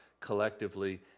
collectively